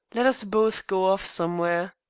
let us both go off somewhere.